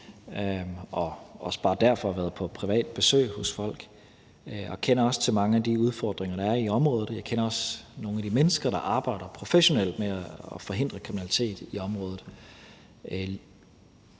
og også bare derfor har været på privat besøg hos folk, og kender også til mange af de udfordringer, der er i området. Jeg kender også nogle af de mennesker, der arbejder professionelt med at forhindre kriminalitet i området,